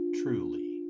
truly